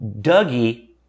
Dougie